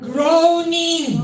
Groaning